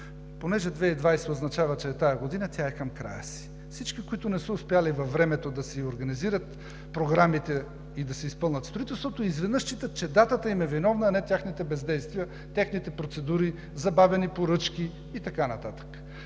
понеже 2020 г. означава, че е тази година, а тя е към края си. Всички, които не са успели във времето да си организират програмите и да си изпълнят строителството, изведнъж считат, че датата им е виновна, а не техните бездействия, техните процедури, забавени поръчки и така нататък.